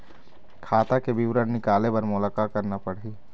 खाता के विवरण निकाले बर मोला का करना पड़ही?